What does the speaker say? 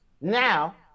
Now